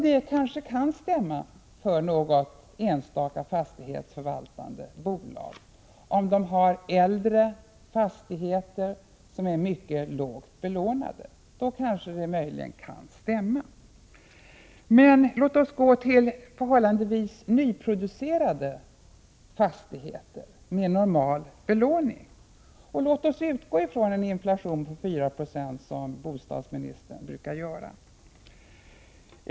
Det kanske kan stämma för något enstaka fastighetsförvaltande bolag, om de har äldre fastigheter som är mycket lågt belånade. Men låt oss gå till förhållandevis nyproducerade fastigheter med normal belåning, och låt oss utgå från en inflation på 4 26, som bostadsministern brukar göra.